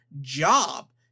job